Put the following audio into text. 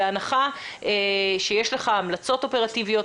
בהנחה שיש לך המלצות אופרטיביות,